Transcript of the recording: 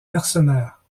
mercenaire